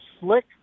slick